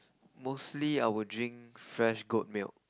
mostly I would drink fresh goat milk